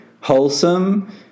wholesome